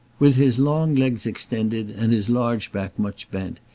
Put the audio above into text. with his long legs extended and his large back much bent,